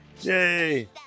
Yay